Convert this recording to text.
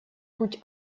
путь